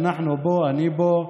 אנחנו פה, אני פה,